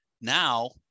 Now